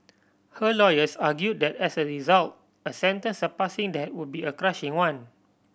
her lawyers argue that as a result a senten surpassing that would be a crushing one